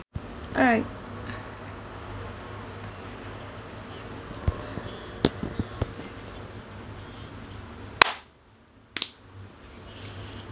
alright